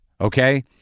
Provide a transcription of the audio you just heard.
Okay